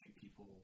people